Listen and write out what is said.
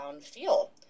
feel